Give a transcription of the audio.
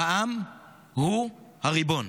העם הוא הריבון.